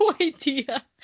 idea